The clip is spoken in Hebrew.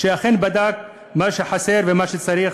שאכן בדק מה שחסר ומה שצריך